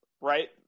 right